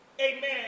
amen